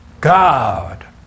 God